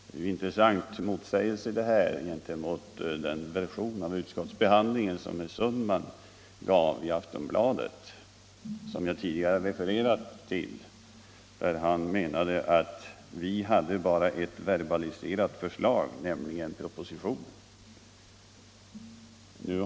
Det är en intressant motsägelse gentemot den version av utskottsbehandlingen som herr Sundman gav i Aftonbladet vilken jag tidigare refererat till, där han menade att vi bara hade ett verbaliserat förslag, nämligen propositionen.